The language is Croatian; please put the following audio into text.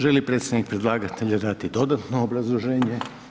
Želi li predstavnik predlagatelja dati dodatno obrazloženje?